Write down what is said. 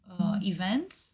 events